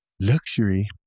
luxury